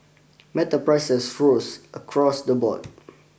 metal prices rose across the board